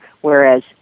whereas